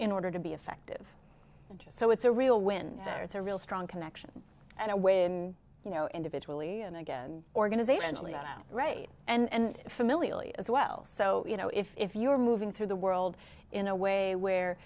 in order to be effective so it's a real when it's a real strong connection and a way in you know individually and again organizationally that out right and familiarly as well so you know if you're moving through the world in a way where